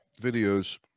videos